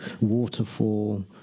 waterfall